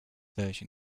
version